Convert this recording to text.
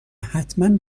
حتمن